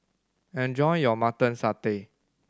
enjoy your Mutton Satay